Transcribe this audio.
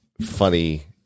funny